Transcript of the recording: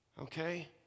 okay